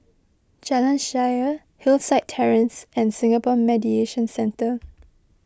Jalan Shaer Hillside Terrace and Singapore Mediation Centre